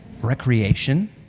recreation